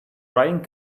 writing